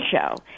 show